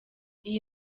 iyi